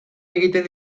egiten